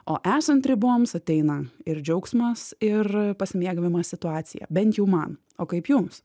o esant riboms ateina ir džiaugsmas ir pasimėgavimas situacija bent jau man o kaip jums